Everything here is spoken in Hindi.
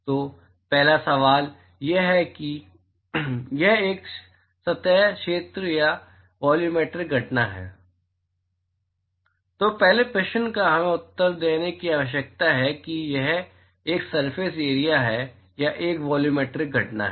तो पहला सवाल यह है कि यह एक सतह क्षेत्र या वॉल्यूमेट्रिक घटना है तो पहले प्रश्न का हमें उत्तर देने की आवश्यकता है कि यह एक सरफेस एरिया है या एक वॉल्यूमेट्रिक घटना है